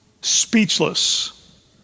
speechless